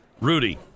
Rudy